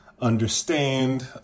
understand